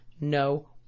no